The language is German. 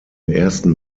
ersten